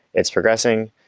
it's progressing,